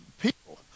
people